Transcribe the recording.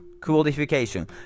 qualification